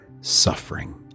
suffering